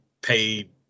pay